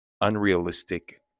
unrealistic